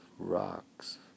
Rocks